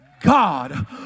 God